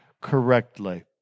correctly